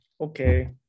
Okay